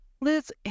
Liz